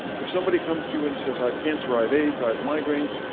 if somebody comes to you and says i have cancer, i have aids, i have migraines,